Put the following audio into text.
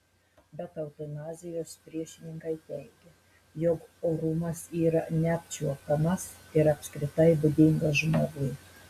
bet eutanazijos priešininkai teigia jog orumas yra neapčiuopiamas ir apskritai būdingas žmogui